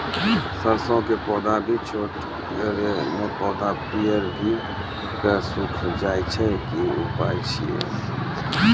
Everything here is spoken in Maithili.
सरसों के पौधा भी छोटगरे मे पौधा पीयर भो कऽ सूख जाय छै, की उपाय छियै?